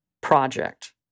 Project